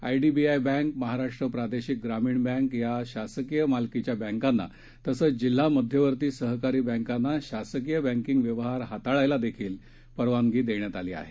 IDBI bank Maharashtra प्रादेशिक ग्रामीण bank या शासकीय मालकीच्या बँकांना तसंच जिल्हा मध्यवर्ती सहकारी बँकांना शासकीय बँकिंग व्यवहार हाताळायला देखील परवानगी देण्यात आली आहे